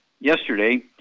yesterday